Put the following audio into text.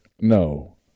no